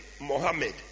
Mohammed